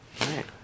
right